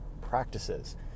practices